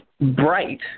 Bright